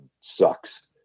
sucks